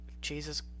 Jesus